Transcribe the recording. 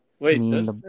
Wait